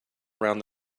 around